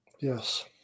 Yes